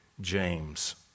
James